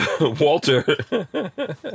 walter